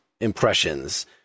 impressions